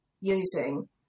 using